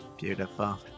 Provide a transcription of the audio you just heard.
Beautiful